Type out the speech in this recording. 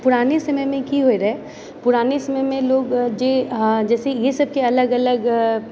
पुराने समयमे कि होए रहै पुराने समयमे लोग जे जैसे इसबके अलग अलग